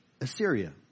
Assyria